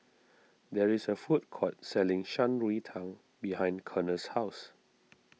there is a food court selling Shan Rui Tang behind Connor's house